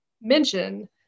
mention